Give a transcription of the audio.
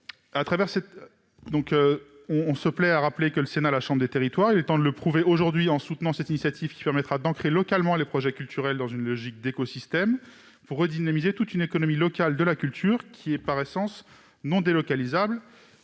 On se plaît à rappeler que le Sénat est la chambre des territoires. Il est temps de le prouver aujourd'hui en soutenant cette initiative, qui permettra d'ancrer localement les projets culturels dans une logique d'écosystème, afin de redynamiser toute une économie locale de la culture, qui, par essence, est non délocalisable.